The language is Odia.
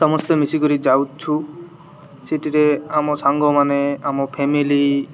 ସମସ୍ତେ ମିଶିକରି ଯାଉଛୁ ସେଥିରେ ଆମ ସାଙ୍ଗମାନେ ଆମ ଫ୍ୟାମିଲି